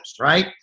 right